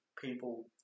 people